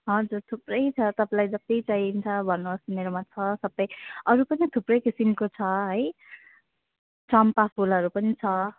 हजुर थुप्रै छ तपाईँलाई जति चाहिन्छ भन्नुहोस् मेरोमा छ सबै अरू पनि त थुप्रै किसिमको छ है चम्पा फुलहरू पनि छ